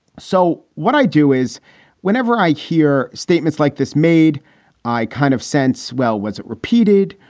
so what i do is whenever i hear statements like this made i kind of sense. well was it repeated?